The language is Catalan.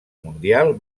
mundial